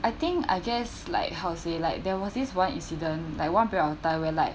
I think I guess like how to say like there was this one incident like one period of time where like